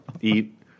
eat